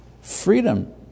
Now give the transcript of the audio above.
freedom